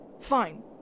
Fine